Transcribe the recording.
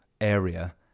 area